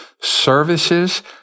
services